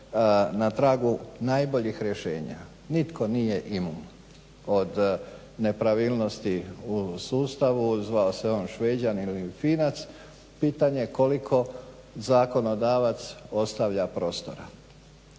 na tragu najboljih rješenja. Nitko nije imun od nepravilnosti u sustavu, zvao se on Šveđanin ili Finac, pitanje je koliko zakonodavac ostavlja prostora.